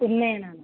पुन्नेना